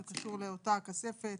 זה קשור לאותה הכספת